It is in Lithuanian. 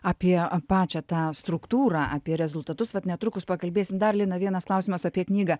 apie pačią tą struktūrą apie rezultatus vat netrukus pakalbėsim dar lina vienas klausimas apie knygą